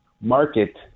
market